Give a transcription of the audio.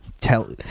Tell